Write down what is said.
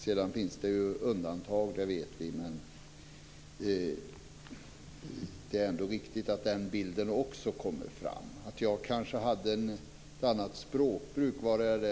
Vi vet att det finns undantag, men det är ändå viktigt att den bilden också kommer fram. Jag kanske hade ett annat språkbruk.